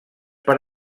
per